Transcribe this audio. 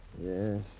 Yes